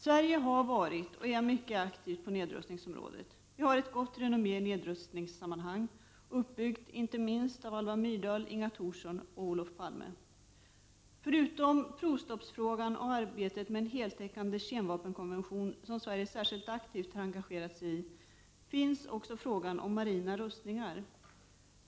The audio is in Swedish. Sverige har varit och är mycket aktivt på nedrustningsområdet. Vi har ett gott renommé i nedrustningssammanhang, uppbyggt inte minst av Alva Myrdal, Inga Thorson och Olof Palme. Förutom provstoppsfrågan och arbetet med en heltäckande kemvapenkonvention, som Sverige särskilt aktivt har engagerat sig i, finns frågan om marina nedrustningar.